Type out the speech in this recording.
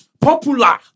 Popular